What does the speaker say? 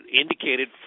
indicated